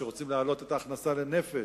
שרוצים להעלות את ההכנסה לנפש,